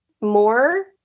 more